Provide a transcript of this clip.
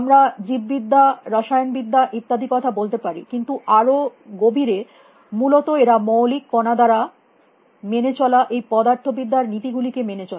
আমরা জীববিদ্যা রসায়নবিদ্যা ইত্যাদির কথা বলতে পারি কিন্তু আরো গভীরে মূলত এরা মৌলিক কণা দ্বারা মেনে চলা এই পদার্থবিদ্যা র নীতি গুলিকে মেনে চলে